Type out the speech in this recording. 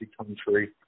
country